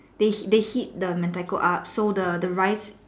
they they heat the Mentaiko so the rice